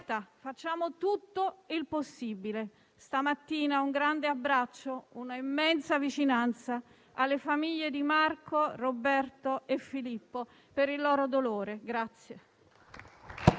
facciamo tutto il possibile. Stamattina, un grande abbraccio e una immensa vicinanza alle famiglie di Marco, Roberto e Filippo per il loro dolore.